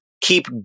keep